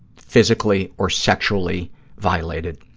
physically or sexually violated,